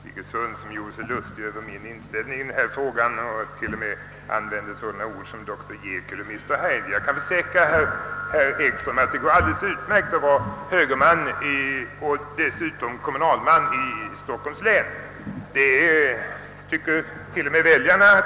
Herr talman!